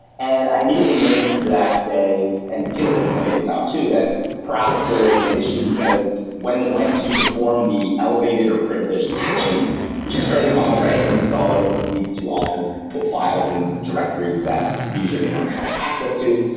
and i immediately noticed that they and felix had pointed this out to, that perhaps there was an issue, because when they went to perform the elevated or privileged actions, which is fairly common, right? an and installer needs to often put files and directories that the user may not have access to.